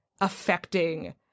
affecting